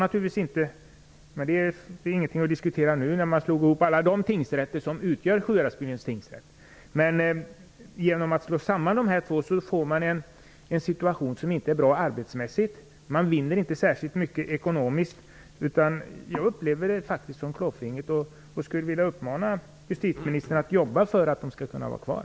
Anledningen till att man slog ihop alla de tingsrätter som utgör Sjuhäradsbygdens tingsrätt är ingenting att diskutera nu. Genom att slå samman dessa två tingsrätter får man en situation som inte är bra arbetsmässigt. Man vinner inte särskilt mycket ekonomiskt. Jag upplever det faktiskt som klåfingrigt och skulle vilja uppmana justitieministern att jobba för att de båda skall kunna vara kvar.